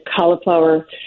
cauliflower